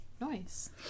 Nice